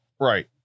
Right